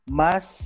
mas